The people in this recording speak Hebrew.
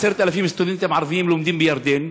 10,000 סטודנטים ערבים לומדים בירדן,